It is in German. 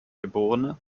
geb